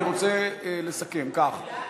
אני רוצה לסכם כך,